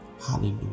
hallelujah